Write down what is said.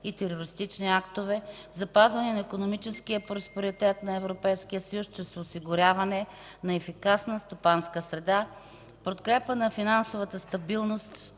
и терористични актове, запазване на икономическия просперитет на ЕС чрез осигуряване на ефикасна стопанска среда, подкрепа на финансовата стабилност